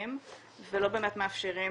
משתלבים ולא באמת מאפשרים,